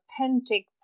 authentic